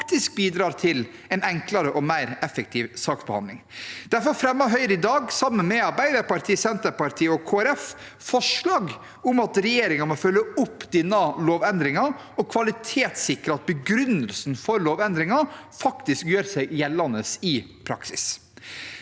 faktisk bidrar til en enklere og mer effektiv saksbehandling. Derfor fremmer Høyre i dag sammen med Arbeiderpartiet, Senterpartiet og Kristelig Folkeparti forslag om at regjeringen må følge opp denne lovendringen og kvalitetssikre at begrunnelsen for lovendringen faktisk gjør seg gjeldende i praksis.